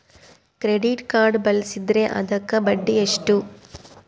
Credit card ಬಳಸಿದ್ರೇ ಅದಕ್ಕ ಬಡ್ಡಿ ಎಷ್ಟು?